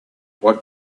what